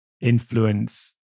influence